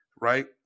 right